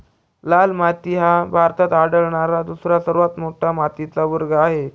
लाल माती हा भारतात आढळणारा दुसरा सर्वात मोठा मातीचा वर्ग आहे